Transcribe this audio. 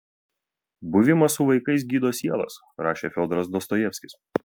buvimas su vaikais gydo sielas rašė fiodoras dostojevskis